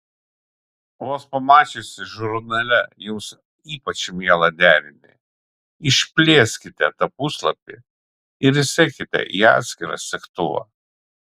vos pamačiusi žurnale jums ypač mielą derinį išplėskite tą puslapį ir įsekite į atskirą segtuvą